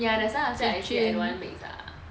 ya that's why after that I say I don't want mix ah